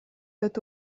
tot